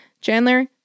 Chandler